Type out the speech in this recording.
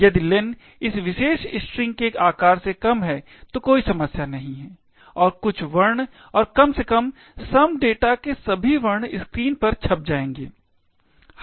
यदि len इस विशेष स्ट्रिंग के आकार से कम है तो कोई समस्या नहीं है और कुछ वर्ण और कम से कम some data के सभी वर्ण स्क्रीन पर छप जाएंगे